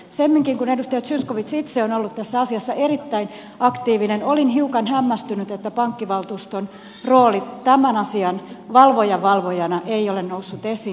semminkin kun edustaja zyskowicz itse on ollut tässä asiassa erittäin aktiivinen olin hiukan hämmästynyt että pankkivaltuuston rooli tämän asian valvojan valvojana ei ole noussut esiin